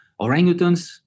orangutans